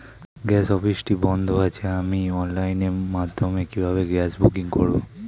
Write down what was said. Gas অফিসটি বন্ধ আছে আমি অনলাইনের মাধ্যমে কিভাবে গ্যাস বুকিং করব?